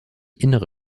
innere